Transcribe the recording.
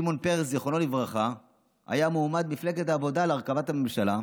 שמעון פרס זיכרונו לברכה היה מועמד מפלגת העבודה להרכבת הממשלה.